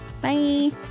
Bye